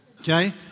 Okay